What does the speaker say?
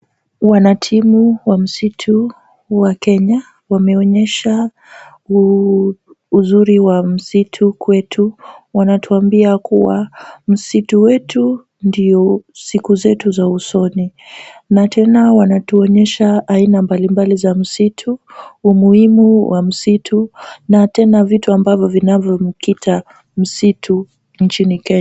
Wanatimu wa msitu wa Kenya, wameonyesha uzuri wa msitu kwetu. Wanatuambia kuwa msitu wetu ndio siku zetu za usoni na tena wanatuonyesha aina mbalimbali za msitu, umuhimu wa msitu na tena vitu ambavyo vinavyomkita msitu nchini Kenya.